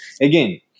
Again